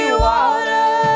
water